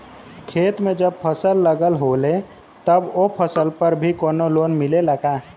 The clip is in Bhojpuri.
खेत में जब फसल लगल होले तब ओ फसल पर भी कौनो लोन मिलेला का?